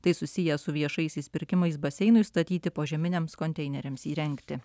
tai susiję su viešaisiais pirkimais baseinui statyti požeminiams konteineriams įrengti